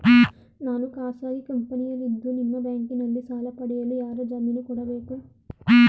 ನಾನು ಖಾಸಗಿ ಕಂಪನಿಯಲ್ಲಿದ್ದು ನಿಮ್ಮ ಬ್ಯಾಂಕಿನಲ್ಲಿ ಸಾಲ ಪಡೆಯಲು ಯಾರ ಜಾಮೀನು ಕೊಡಬೇಕು?